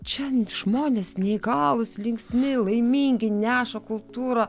čia žmonės neįgalus linksmi laimingi neša kultūrą